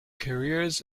careers